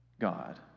God